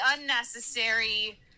unnecessary